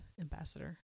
ambassador